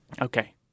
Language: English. Okay